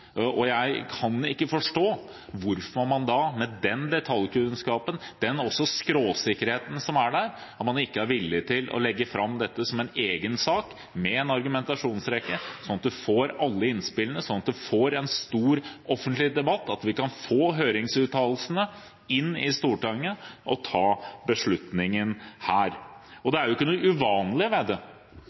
Jeg kan ikke forstå hvorfor man med den detaljkunnskapen, og også den skråsikkerheten som er der, ikke er villig til å legge fram dette som en egen sak med en argumentasjonsrekke, sånn at man får alle innspillene, man får en stor offentlig debatt – at vi kan få høringsuttalelsene inn i Stortinget og ta beslutningen her. Det er jo ikke noe uvanlig ved det.